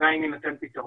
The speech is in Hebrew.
עדיין יינתן פתרון.